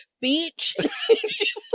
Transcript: Beach